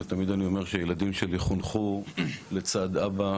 ותמיד אני אומר שהילדים שלי חונכו לצד אבא,